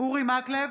אורי מקלב,